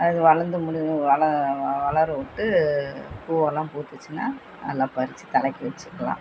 அது வளர்ந்து முடி வள வளரவுட்டு பூவெல்லாம் பூத்துச்சின்னால் நல்லா பறித்து தலைக்கு வச்சிக்கலாம்